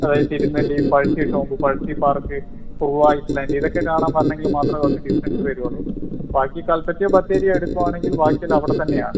അതായത് Thirunelli Pazhassi tomb Pazhassi park കുറുവായി plant ഇതൊക്കെ കാണാൻ വരണമെങ്കിൽ മാത്രമേ കുറച്ച് ഡിസ്റ്റൻസ് വരുള്ളൂ ബാക്കി കൽപ്പറ്റയോ ബത്തേരിയോ എടുക്കുവാണെങ്കിൽ ബാക്കി എല്ലാം അവിടെത്തന്നെ ആണ്